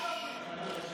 הוא שאל אותי.